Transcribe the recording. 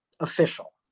official